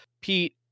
Pete